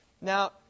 Now